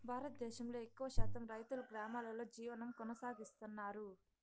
భారతదేశంలో ఎక్కువ శాతం రైతులు గ్రామాలలో జీవనం కొనసాగిస్తన్నారు